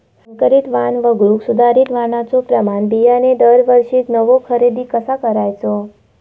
संकरित वाण वगळुक सुधारित वाणाचो प्रमाण बियाणे दरवर्षीक नवो खरेदी कसा करायचो?